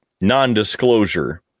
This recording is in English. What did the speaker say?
non-disclosure